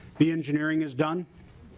the engineering is done.